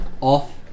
off